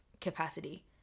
capacity